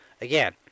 again